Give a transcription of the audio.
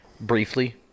briefly